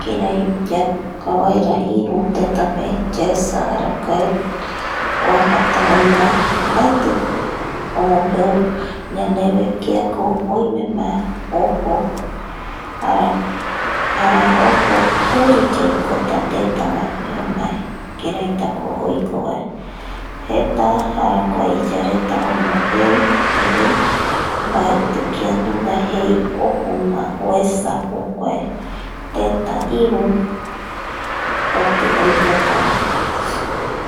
kirai yayakaovaera iru tetape yaesa arakae oaja oivae mbaeti mbaeti omombeu yandeve kiako oime ma ojo oiko kuri yaikotatei vape omae kiraitako oiko vae jeta arakua iyareta omombeu erei mbaeti kia nunga jei ojoma oesa jokuae tenta iru oikotavae